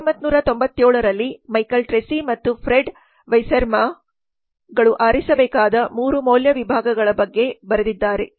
1997 ರಲ್ಲಿ Michael Treacy ಮತ್ತು Fred Wiersema ಕಂಪೆನಿಗಳು ಆರಿಸಬೇಕಾದ 3 ಮೌಲ್ಯ ವಿಭಾಗಗಳ ಬಗ್ಗೆ ಬರೆದಿದ್ದಾರೆ